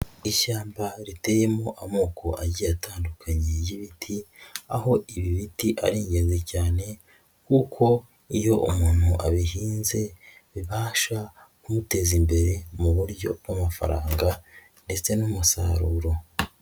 Ishyamba riteyemo amoko agiye atandukanye y'ibiti aho ibi biti ari igenzi cyane kuko iyo umuntu abihinze bibasha kumuteza imbere mu buryo bw'amafaranga ndetse n'umusaruro.